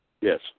Yes